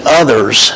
others